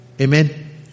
Amen